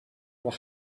were